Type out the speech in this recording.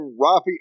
Rafi